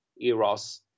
eros